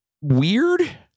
weird